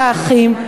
והאחים,